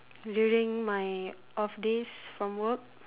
during my off days from work